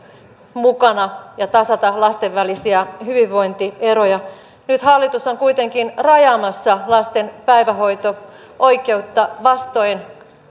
mukana ja tasata lasten välisiä hyvinvointieroja nyt hallitus on kuitenkin rajaamassa lasten päivähoito oikeutta vastoin